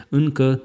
încă